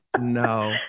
no